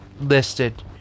listed